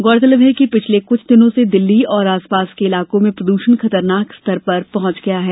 गौरतलब है कि पिछले कुछ दिनों से दिल्ली और आसपास के इलाकों में प्रद्षण खतरनाक स्तर पर पहुंच गया है